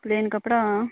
plain कपड़ा हां